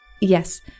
yes